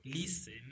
listen